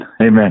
Amen